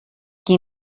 qui